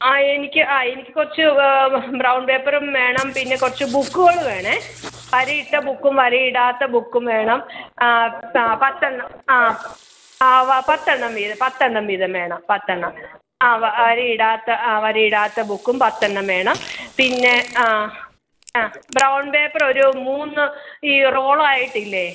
ആ എനിക്ക് ആ എനിക്ക് കുറച്ച് ബ്രൗൺ പേപ്പറും വേണം പിന്നെ കുറച്ച് ബുക്കുകൾ വേണം വരയിട്ട ബുക്കും വരയിടാത്ത ബുക്കും വേണം ആ താ പത്തെണ്ണം ആ ആ വ പത്തെണ്ണം വീതം പത്തെണ്ണം വീതം വേണം പത്തെണ്ണം ആ വരയിടാത്ത ആ വരയിടാത്ത ബുക്കും പത്തെണ്ണം വേണം പിന്നെ ആ ആ ബ്രൗൺ പേപ്പർ ഒരു മൂന്ന് ഈ റോളായിട്ടില്ലേ